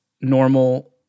normal